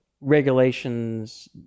regulations